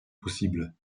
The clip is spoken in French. possible